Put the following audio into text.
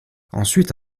ensuite